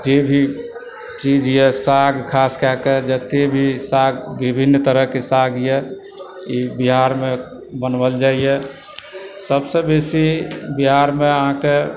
जे भी चीजए साग खास कएके जतए भी साग विभिन्न तरहकेँ सागए ई बिहारमे बनवल जाइए सभसँ बेसी बिहारमे अहाँकेँ